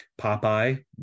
Popeye